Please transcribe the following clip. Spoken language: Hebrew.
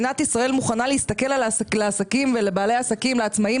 כדי לעזור להם.